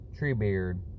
Treebeard